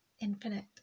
infinite